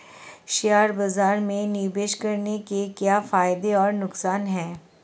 Share बाज़ार में निवेश करने के क्या फायदे और नुकसान हैं?